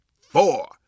four